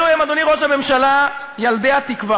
אלו הם, אדוני ראש הממשלה, ילדי התקווה,